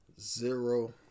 zero